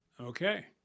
Okay